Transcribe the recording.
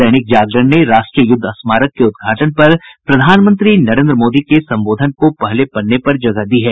दैनिक जागरण ने राष्ट्रीय युद्ध स्मारक के उद्घाटन पर प्रधानमंत्री नरेन्द्र मोदी के संबोधन को पहले पन्ने पर जगह दी है